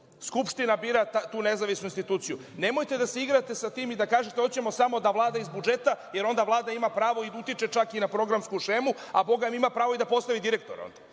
Skupština bira tu nezavisnu instituciju. Nemojte da se igrate sa tim i kažete – hoćemo samo da Vlada iz budžeta jer onda Vlada ima pravo da utiče čak i na programsku šemu, a bogami ima pravo i da postavi direktora